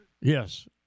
Yes